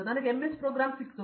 ನನಗೆ MS program ಸಿಕ್ಕಿತು